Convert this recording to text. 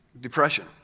depression